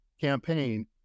campaign